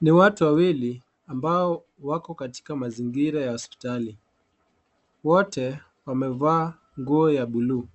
Ni watu wawili ambao wako katika mazingira ya hospitali. Wote wamevaa nguo ya bluu.